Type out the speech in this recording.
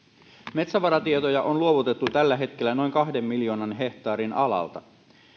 metsävaratietoja on luovutettu tällä hetkellä noin kahden miljoonan hehtaarin alalta